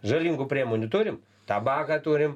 žalingų priemonių turim tabaką turim